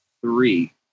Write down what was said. three